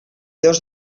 dos